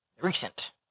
recent